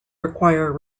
require